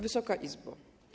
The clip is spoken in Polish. Wysoka Izbo!